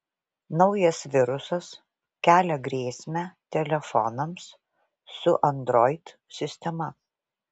naujas virusas kelia grėsmę telefonams su android sistema